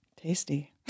Tasty